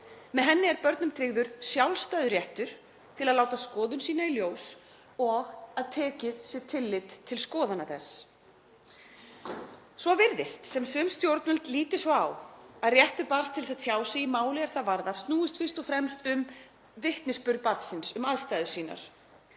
Með henni er börnum tryggður sjálfstæður réttur til að láta skoðun sína í ljós og að tekið sé tillit til skoðana þess. Svo virðist sem sum stjórnvöld líti svo á að réttur barns til að tjá sig í máli er það varðar snúist fyrst og fremst um vitnisburð barnsins um aðstæður sínar.